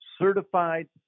certified